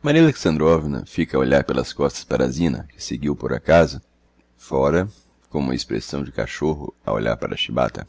maria alexandrovna fica a olhar pelas costas para a zina que seguiu por a casa fora com uma expressão de cachorro a olhar para a chibata